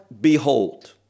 behold